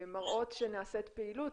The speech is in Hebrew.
שמראות שנעשית פעילות.